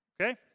Okay